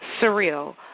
surreal